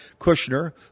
Kushner